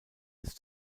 des